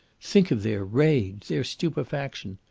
think of their rage, their stupefaction,